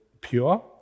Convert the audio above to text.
pure